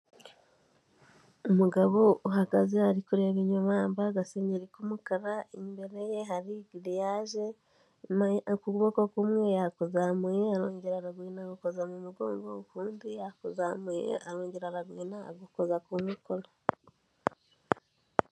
Umugabo uhagaze ari kureba inyuma yambaye agasenyeri k'umukara imbere ye hari giriyaje nyuma ukuboko kumwe yakuzamuye arongera araguhina agukoza mu mugongo ukundi yakuzamuye arongera araguhina agukoza ku nkokora.